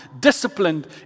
disciplined